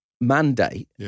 mandate